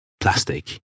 plastic